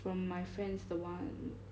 from my friend's the one